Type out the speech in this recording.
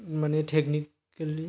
माने टेकनिकेलि